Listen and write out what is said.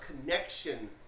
connection